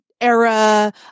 era